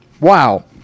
Wow